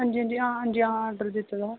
हां जी हां जी हां हां जी हां आर्डर दित्ते दा हा